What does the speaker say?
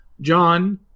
John